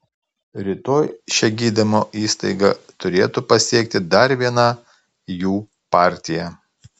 rytoj šią gydymo įstaigą turėtų pasiekti dar viena jų partija